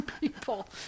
people